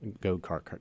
Go-kart